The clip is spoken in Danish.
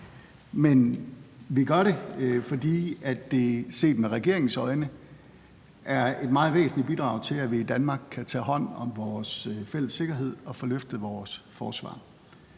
Men vi gør det, fordi det set med regeringens øjne er et meget væsentligt bidrag til, at vi i Danmark kan tage hånd om vores fælles sikkerhed og få løftet vores forsvar.